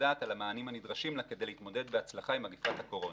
הדעת על המענים הנדרשים לה כדי להתמודד בהצלחה עם מגפת הקורונה.